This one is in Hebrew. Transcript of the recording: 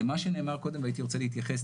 למה שנאמר קודם הייתי רוצה להתייחס,